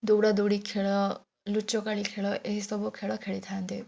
ଦୌଡ଼ା ଦୌଡ଼ି ଖେଳ ଲୁଚକାଳି ଖେଳ ଏହିସବୁ ଖେଳ ଖେଳିଥାଆନ୍ତି